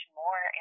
more